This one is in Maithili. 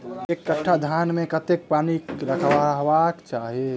एक कट्ठा धान मे कत्ते पानि रहबाक चाहि?